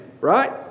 Right